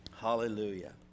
Hallelujah